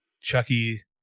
Chucky